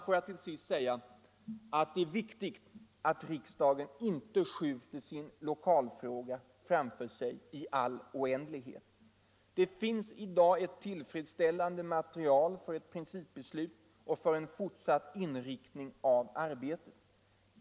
Får jag till sist säga att det är viktigt att riksdagen inte skjuter sin lokalfråga framför sig i all oändlighet. Det finns i.dag ett tillfredsställande material för ett principbeslut och för en fortsatt inriktning av arbetet.